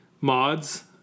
mods